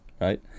right